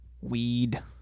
weed